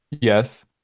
Yes